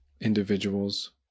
individuals